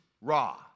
raw